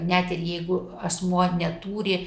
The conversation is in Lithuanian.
net ir jeigu asmuo neturi